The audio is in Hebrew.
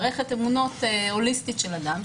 מערכת אמונות הוליסטית של אדם,